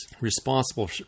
responsible